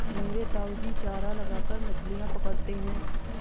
मेरे ताऊजी चारा लगाकर मछलियां पकड़ते हैं